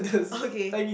okay